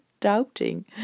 doubting